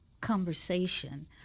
conversation